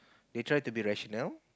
they try to be rational